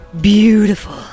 Beautiful